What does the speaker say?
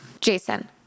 Jason